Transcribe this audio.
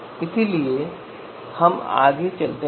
तो चलिए अब आगे बढ़ते हैं